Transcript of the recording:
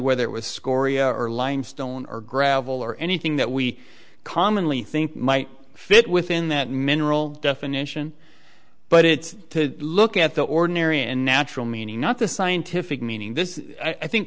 whether it was scoria or line stone or gravel or anything that we commonly think might fit within that mineral definition but it's to look at the ordinary and natural meaning not the scientific meaning this is i think